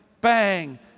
bang